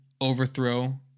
overthrow